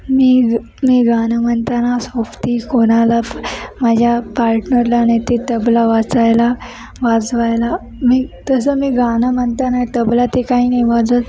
मी मी गाणं म्हणताना सोबती कोणाला माझ्या पार्टनरला नेते तबला वाचायला वाजवायला मी तसं मी गाणं म्हणताना तबला ते काही नाही वाजत